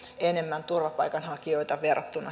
enemmän turvapaikanhakijoita verrattuna